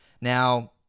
now